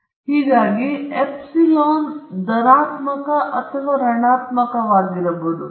ಹೀಗಾಗಿ ಎಪ್ಸಿಲಾನ್ ಧನಾತ್ಮಕ ಅಥವಾ ಋಣಾತ್ಮಕವಾಗಿರಬಹುದು